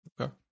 Okay